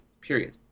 period